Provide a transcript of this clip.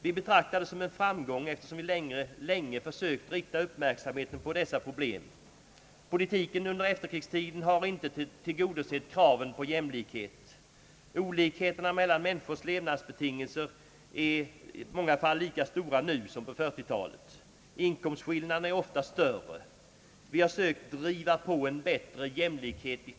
Vi betraktade det som en framgång, eftersom vi länge sökt rikta uppmärksamheten på dessa problem. Politiken under efterkrigstiden har inte tillgodosett kraven på jämlikhet. Olikheterna mellan människors levnadsbetingelser är i många fall lika stora nu som på 40-talet. Inkomstskillnaderna är ofta större. Vi har från centerns sida sökt driva på för en bättre jämlikhet.